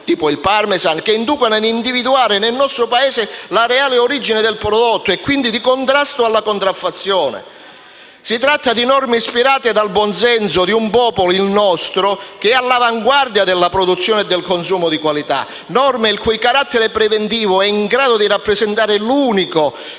caso del Parmesan), che inducono ad individuare nel nostro Paese la reale origine del prodotto; sono quindi norme che contrastano la contraffazione. Si tratta di norme ispirate dal buon senso di un popolo, il nostro, che è all'avanguardia nella produzione e nel consumo di qualità; norme il cui carattere preventivo è in grado di rappresentare l'unico